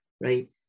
right